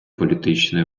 політичної